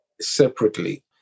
separately